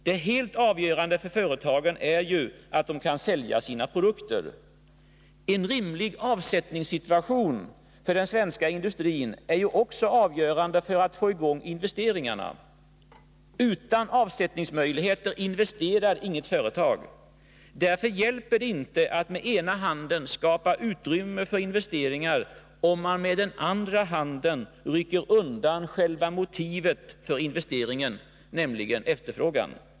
Det helt avgörande för företagen är ju att de kan sälja sina produkter. En rimlig avsättningssituation för den svenska industrin är också avgörande för att få i gång investeringarna. Utan avsättningsmöjligheter investerar inget företag. Därför hjälper det inte att med ena handen skapa utrymme för investeringar, om man med den andra handen rycker undan själva motivet för investeringen, nämligen efterfrågan.